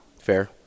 Fair